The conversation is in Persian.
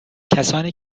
کسانی